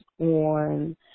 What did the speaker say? on